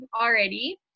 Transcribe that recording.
already